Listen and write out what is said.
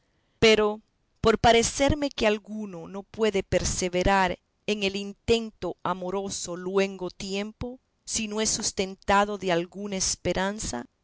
pero por parecerme que alguno no puede perseverar en el intento amoroso luengo tiempo si no es sustentado de alguna esperanza